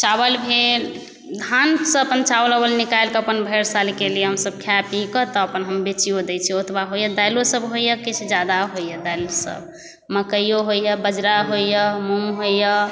चावल भेल धानसँ अपन चावल निकालिकऽ अपन भरि सालके लिए हमसब खा पीकऽ तब हम अपन बेचिओ दै छिए ओतबा होइए दालिओसब होइए किछु ज्यादा होइए दालिसब मकइ होइए बजरा होइए मूँग होइए